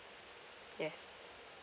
yes